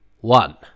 one